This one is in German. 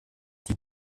die